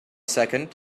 second